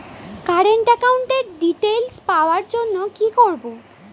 Current একাউন্টের details পাওয়ার জন্য কি করব?